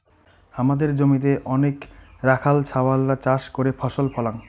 হামাদের জমিতে অনেইক রাখাল ছাওয়ালরা চাষ করে ফসল ফলাং